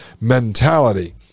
mentality